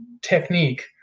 technique